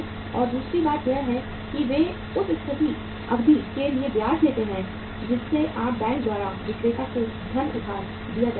और दूसरी बात यह है कि वे उस अवधि के लिए ब्याज लेते हैं जिसके लिए बैंक द्वारा विक्रेता को धन उधार दिया जा रहा है